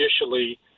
initially